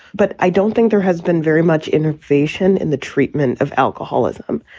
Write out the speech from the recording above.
but i don't think there has been very much innovation in the treatment of alcoholism.